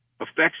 affects